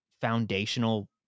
foundational